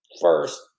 first